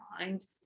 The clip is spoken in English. mind